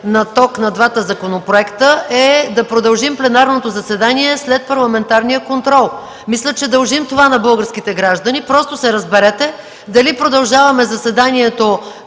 за сметките за тока – да продължим пленарното заседание след парламентарния контрол. Мисля, че дължим това на българските граждани. Просто се разберете дали продължаваме заседанието